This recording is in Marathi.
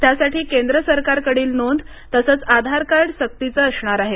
त्यासाठी केंद्र सरकारकडील नोंद तसंच आधारकार्ड सक्तीचचं असणार आहे